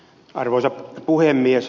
arvoisa puhemies